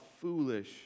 foolish